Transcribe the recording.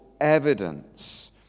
evidence